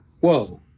whoa